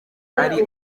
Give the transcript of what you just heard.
ari